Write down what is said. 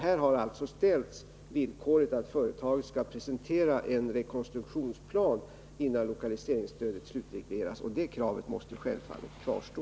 Här har alltså ställts villkoret att företaget skall presentera en rekonstruktionsplan innan lokaliseringsstödet slutregleras, och det kravet måste självfallet kvarstå.